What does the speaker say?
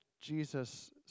Jesus